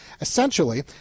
Essentially